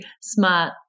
smart